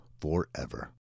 forever